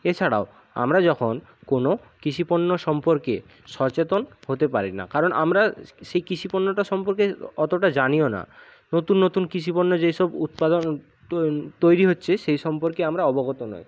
এছাড়াও আমরা যখন কোনও কৃষিপণ্য সম্পর্কে সচেতন হতে পারি না কারণ আমরা সেই কৃষিপণ্যটা সম্পর্কে অতটা জানিও না নতুন নতুন কৃষিপণ্য যেসব উৎপাদন তৈরি হচ্ছে সেই সম্পর্কে আমরা অবগত নয়